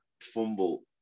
fumble